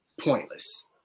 pointless